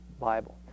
Bible